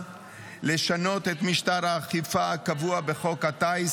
לשנות את משטר האכיפה הקבוע בחוק הטיס,